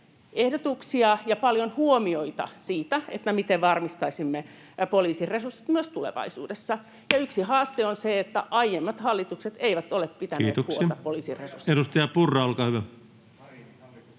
ehdotuksia ja paljon huomioita siitä, miten varmistaisimme poliisin resurssit myös tulevaisuudessa. Yksi haaste on se, että aiemmat hallitukset eivät ole pitäneet huolta poliisin resursseista. [Speech 85] Speaker: